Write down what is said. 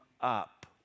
up